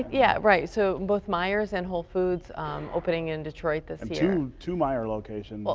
yeah right. so both myers and whole foods opening in detroit this year. two meier locations.